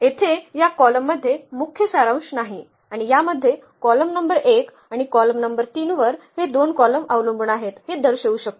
येथे या कॉलम मध्ये मुख्य सारांश नाही आणि यामध्ये कॉलम नंबर 1 आणि कॉलम नंबर 3 वर हे दोन कॉलम अवलंबून आहेत हे दर्शवू शकतो